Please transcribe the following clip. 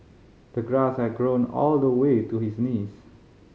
the grass had grown all the way to his knees